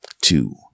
two